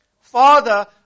father